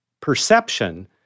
perception